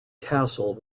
castle